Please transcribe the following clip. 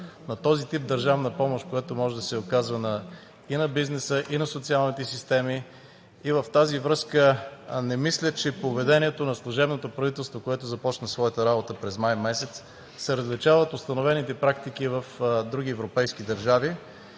на този тип държавна помощ, която може да се оказва и на бизнеса, и на социалните системи. В тази връзка не мисля, че в поведението на служебното правителство, което започна своята работа през май месец, се различават установените практики в други европейски държави.